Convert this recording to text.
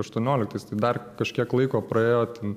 aštuonioliktais tai dar kažkiek laiko praėjo ten